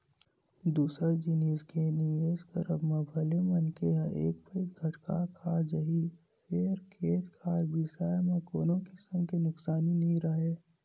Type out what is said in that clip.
दूसर जिनिस के निवेस करब म भले मनखे ह एक पइत घाटा खा जाही फेर खेत खार बिसाए म कोनो किसम के नुकसानी नइ राहय